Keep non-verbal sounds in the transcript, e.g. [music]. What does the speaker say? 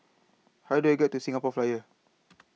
How Do I get to The Singapore Flyer [noise]